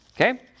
Okay